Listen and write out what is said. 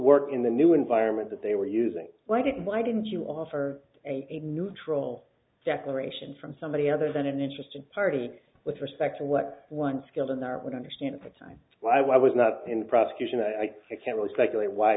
work in the new environment that they were using why didn't why didn't you offer a neutral declaration from somebody other than an interested party with respect to what one skilled in there would understand at the time i was not in prosecution i can't really speculate why